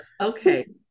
Okay